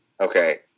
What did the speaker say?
Okay